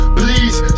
please